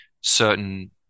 certain